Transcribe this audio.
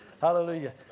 Hallelujah